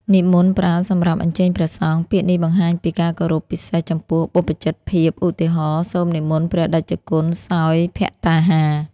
និមន្ត ប្រើសម្រាប់អញ្ជើញព្រះសង្ឃ ពាក្យនេះបង្ហាញពីការគោរពពិសេសចំពោះបព្វជិតភាព ឧទាហរណ៍ សូមនិមន្តព្រះតេជគុណសោយភត្តាហារ។